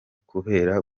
kubera